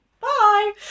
Bye